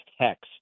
text